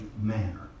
manner